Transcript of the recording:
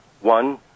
One